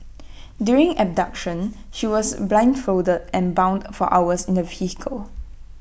during the abduction she was blindfolded and bound for hours in A vehicle